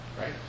Right